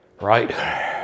Right